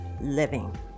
living